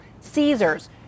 Caesars